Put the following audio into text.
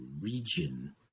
region